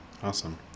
Awesome